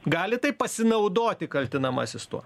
gali taip pasinaudoti kaltinamasis tuo